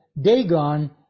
Dagon